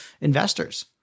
investors